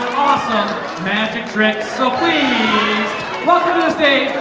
awesome magic tricks so, please welcome to stage